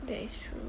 that is true